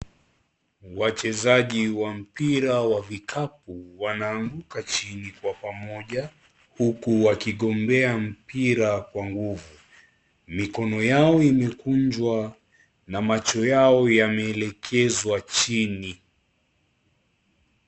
Wachezaji wa mpira wa vikapu wananguka chini kwa pamoja huku wakigombea mpira kwa nguvu. Mikono yao imekunjwa na macho yao yameelekezwa chini.